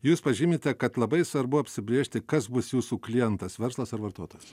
jūs pažymite kad labai svarbu apsibrėžti kas bus jūsų klientas verslas ar vartotojas